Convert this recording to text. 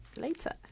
later